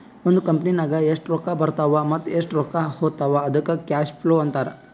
ಒಂದ್ ಕಂಪನಿನಾಗ್ ಎಷ್ಟ್ ರೊಕ್ಕಾ ಬರ್ತಾವ್ ಮತ್ತ ಎಷ್ಟ್ ರೊಕ್ಕಾ ಹೊತ್ತಾವ್ ಅದ್ದುಕ್ ಕ್ಯಾಶ್ ಫ್ಲೋ ಅಂತಾರ್